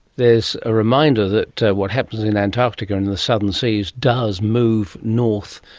there's a reminder that what happens in antarctica in in the southern seas does move north,